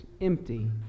empty